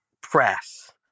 Press